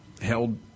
held